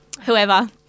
whoever